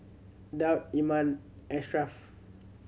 Daud Iman Ashraf